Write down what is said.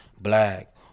Black